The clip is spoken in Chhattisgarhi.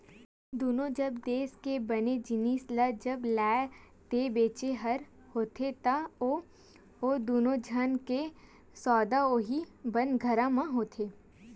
दुनों जब देस के बने जिनिस ल जब लेय ते बेचें बर होथे ता ओ दुनों झन के सौदा उहीं बंदरगाह म होथे